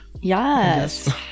Yes